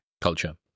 Culture